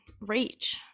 reach